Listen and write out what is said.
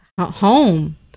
home